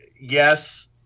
Yes